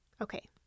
Okay